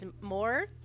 more